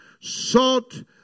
sought